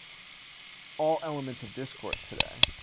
all elements of discourse today?